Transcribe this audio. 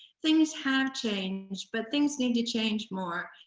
things have changed, but things need to change more.